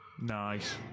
nice